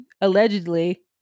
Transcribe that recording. allegedly